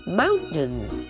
mountains